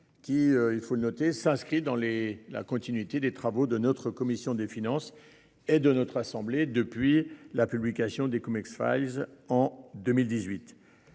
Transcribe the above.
ce débat, qui s'inscrit dans la continuité des travaux de notre commission des finances et de notre assemblée depuis la publication des en 2018.